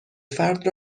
فرد